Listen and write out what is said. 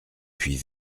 puis